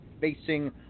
facing